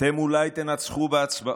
אתם אולי תנצחו בהצבעות,